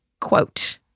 quote